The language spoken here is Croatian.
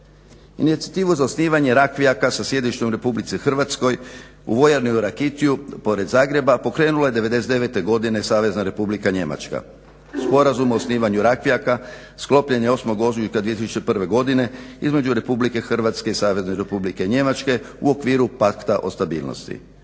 Inicijativu za osnivanje Rakvijaka sa sjedištem u RH u vojarni u Rakitju pored Zagreba, pokrenula je '99. godine Savezna Republika Njemačka. Sporazum o osnivanju Rakvijaka sklopljen je 8. ožujka 2001. godine između RH i Savezne Republike Njemačke u okviru Pakta o stabilnosti.